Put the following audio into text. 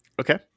Okay